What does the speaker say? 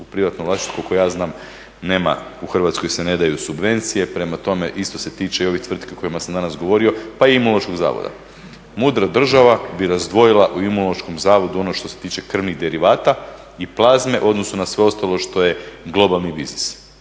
U privatnom vlasništvu koliko ja znam nema u Hrvatskoj se ne daju subvencije, prema tome isto se tiče i ovih tvrtki o kojima sam danas govorio pa i imunološkog zavoda. Mudra država bi razdvojila u imunološkom zavodu ono što se tiče krvnih derivata i plazme u odnosu na sve ostalo što je globalni biznis.